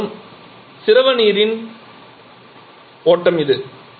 இது வரும் திரவ நீரின் ஓட்டம் இது